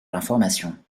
l’information